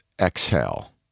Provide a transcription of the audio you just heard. Exhale